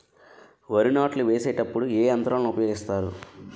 వరి నాట్లు వేసేటప్పుడు ఏ యంత్రాలను ఉపయోగిస్తారు?